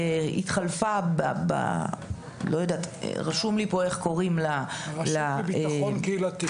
והתחלפה ברשות לביטחון קהילתי